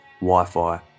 Wi-Fi